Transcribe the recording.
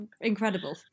incredible